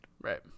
right